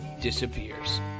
Disappears